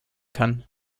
kann